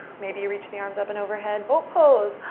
maybe reach the arms up and overhead, boat pose.